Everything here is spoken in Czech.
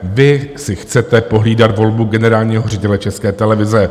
Vy si chcete pohlídat volbu generálního ředitele České televize.